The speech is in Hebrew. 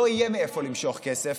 לא יהיה מאיפה למשוך כסף,